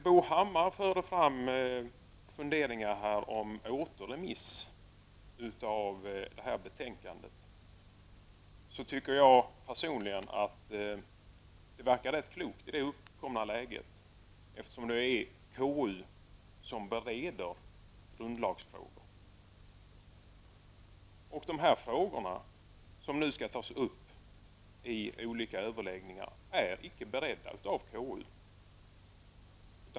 Bo Hammar förde fram funderingar om återremiss av det här betänkandet. Jag tycker personligen att det verkar rätt klokt i det uppkomna läget, eftersom det är KU som bereder grundlagsfrågor. De här frågorna som nu skall tas upp i olika överläggningar är icke beredda av KU.